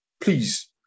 please